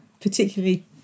particularly